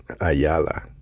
Ayala